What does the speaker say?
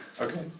Okay